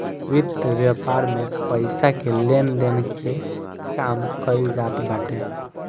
वित्त व्यापार में पईसा के लेन देन के काम कईल जात बाटे